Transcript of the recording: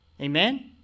Amen